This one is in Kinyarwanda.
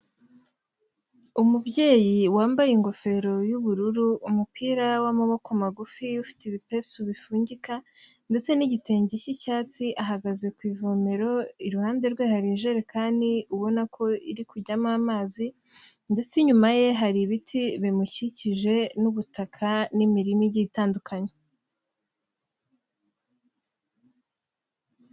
Umubyeyi wambaye ingofero y'ubururu, umupira w'amaboko magufi ufite ibipesu bipfugika ndetse n'igitenge k'icyatsi ahagaze ku ivomero, iruhande rwe hari ijerekani ubona ko iri kujyamo amazi ndetse inyuma ye hari ibiti bimukikije n'ubutaka n'imirima igiye itandukanye.